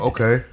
Okay